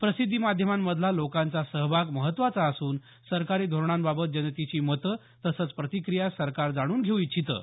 प्रसिद्धी माध्यमांमधला लोकांचा सहभाग महत्त्वाचा असून सरकारी धोरणांबाबत जनतेची मतं तसंच प्रतिक्रिया सरकार जाणून घेऊ इच्छितं